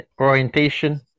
orientation